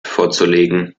vorzulegen